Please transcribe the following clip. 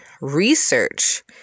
Research